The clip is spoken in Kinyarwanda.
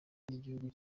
n’igihugu